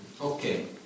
Okay